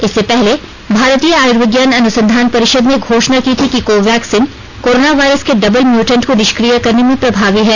इससे पहले भारतीय आयुर्विज्ञान अनुसंधान परिषद ने घोषणा की थी कि कोवैक्सीन कोरोना वायरस के डबल म्यूटेंट को निष्क्रिय करने में प्रभावी है